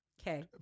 Okay